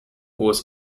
was